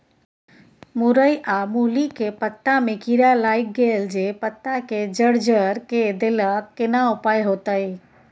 मूरई आ मूली के पत्ता में कीरा लाईग गेल जे पत्ता के जर्जर के देलक केना उपाय होतय?